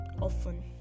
often